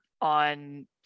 on